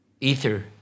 ether